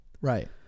Right